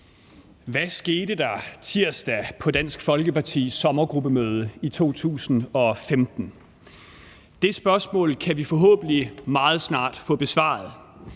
Hvad skete der tirsdag på Dansk Folkepartis sommergruppemøde i 2015? Det spørgsmål kan vi forhåbentlig meget snart få besvaret.